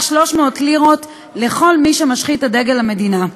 300 לירות לכל מי שמשחית את דגל המדינה.